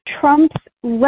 Trump's